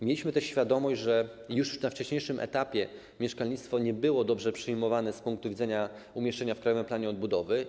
Mieliśmy też świadomość, że już na wcześniejszym etapie kwestia mieszkalnictwa nie była dobrze przyjmowana z punktu widzenia umieszczenia jej w Krajowym Planie Odbudowy.